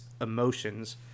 emotions